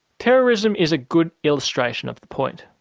terrorism is a good illustration of the point.